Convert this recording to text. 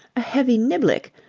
a heavy niblick,